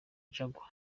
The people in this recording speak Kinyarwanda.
jaguar